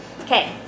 Okay